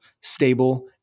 stable